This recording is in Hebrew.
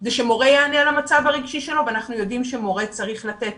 כדי שמורה יענה על המצב הרגשי שלו ואנחנו יודעים שמורה צריך לתת